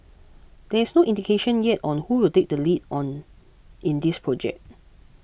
there is no indication yet on who will take the lead on in this project